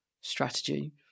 strategy